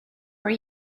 were